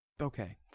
Okay